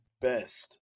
best